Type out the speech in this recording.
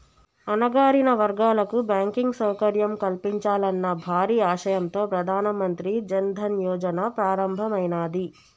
అణగారిన వర్గాలకు బ్యాంకింగ్ సౌకర్యం కల్పించాలన్న భారీ ఆశయంతో ప్రధాన మంత్రి జన్ ధన్ యోజన ప్రారంభమైనాది